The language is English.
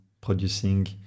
producing